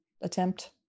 attempt